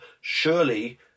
surely